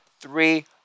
three